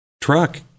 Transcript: truck